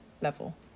level